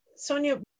Sonia